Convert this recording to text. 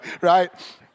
right